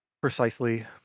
precisely